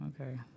Okay